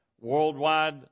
Worldwide